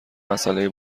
مسئله